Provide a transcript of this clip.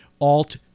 alt